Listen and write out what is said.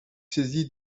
saisie